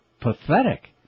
pathetic